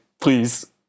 please